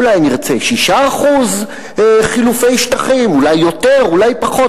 אולי נרצה 6% חילופי שטחים, אולי יותר ואולי פחות.